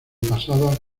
pasada